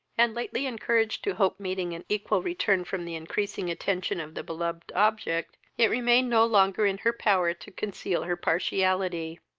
and, lately encouraged to hop meeting an equal return from the increasing attention of the beloved object, it remained no longer in her power to conceal her partiality,